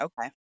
okay